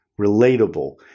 relatable